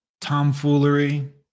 tomfoolery